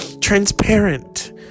transparent